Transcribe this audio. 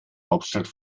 hauptstadt